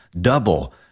Double